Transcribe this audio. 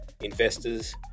investors